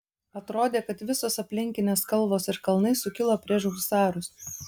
atrodė kad visos aplinkinės kalvos ir kalnai sukilo prieš husarus